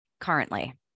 currently